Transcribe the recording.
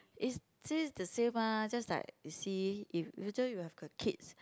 is the same ah just like you see if future you have got kids